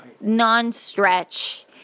non-stretch